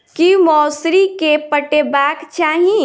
की मौसरी केँ पटेबाक चाहि?